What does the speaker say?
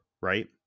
right